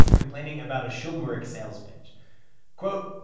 complaining about a schulmerich sales pitch quote,